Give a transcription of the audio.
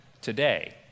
today